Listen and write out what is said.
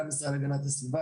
גם המשרד להגנת הסביבה,